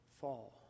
fall